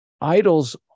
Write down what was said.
idols